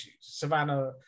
Savannah